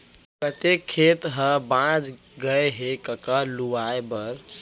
कतेक खेत ह बॉंच गय हे कका लुवाए बर?